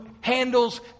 handles